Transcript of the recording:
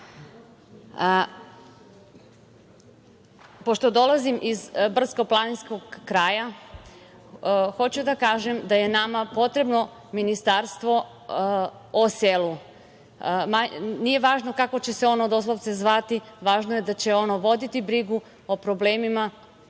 rade. Pošto dolazim iz brdsko-planinskog kraja, hoću da kažem da je nama potrebno ministarstvo o selu. Nije važno kako će se ono doslovce zvati, važno je da će ono voditi brigu o problemima